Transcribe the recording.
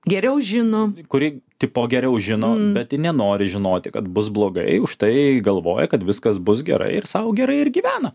geriau žino kuri tipo geriau žino bet ji nenori žinoti kad bus blogai už tai galvoja kad viskas bus gerai ir sau gerai ir gyvena